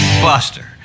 Buster